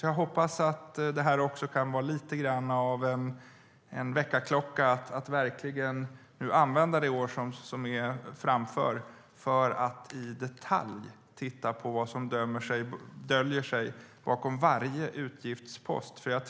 Jag hoppas därför att det här kan vara lite av en väckarklocka och att ni verkligen använder det kommande året till att i detalj titta på vad som döljer sig bakom varje utgiftspost.